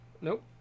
Nope